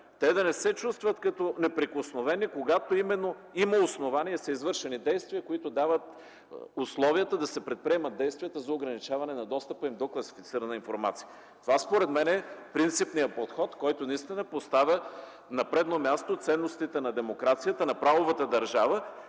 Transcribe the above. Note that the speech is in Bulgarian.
те да не се чувстват като неприкосновени, когато има основание и са извършени действия, които дават условията да се предприемат стъпки за ограничаване на достъпа им до класифицирана информация. Това, според мен, е принципният подход, който наистина поставя на предно място ценностите на демокрацията, на правовата държава